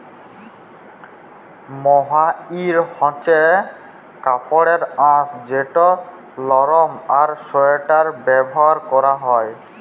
mohair হছে কাপড়ের আঁশ যেট লরম আর সোয়েটারে ব্যাভার ক্যরা হ্যয়